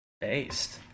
Based